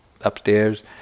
upstairs